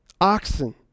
Oxen